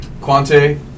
Quante